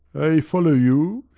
follow you,